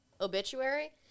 obituary